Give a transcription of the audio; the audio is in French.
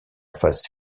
phase